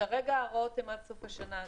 כרגע ההוראות הן עד סוף השנה הזאת.